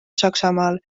saksamaal